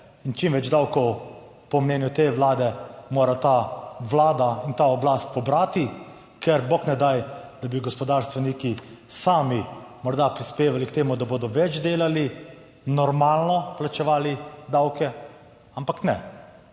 čim več davkov po mnenju te Vlade mora ta Vlada in ta oblast pobrati, ker bog ne daj, da bi gospodarstveniki sami morda prispevali k temu, da bodo več delali, normalno plačevali davke, ampak ne.